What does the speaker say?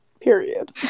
Period